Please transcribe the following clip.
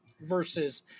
versus